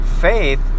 faith